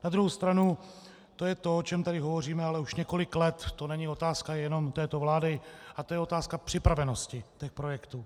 Na druhou stranu to je to, o čem tady hovoříme ale už několik let, to není otázka jenom této vlády, a to je otázka připravenosti projektů.